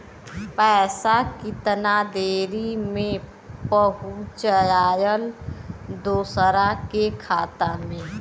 पैसा कितना देरी मे पहुंचयला दोसरा के खाता मे?